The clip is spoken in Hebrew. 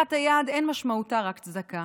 פתיחת היד אין משמעותה רק צדקה